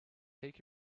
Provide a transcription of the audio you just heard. take